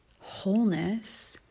wholeness